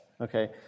Okay